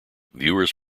viewers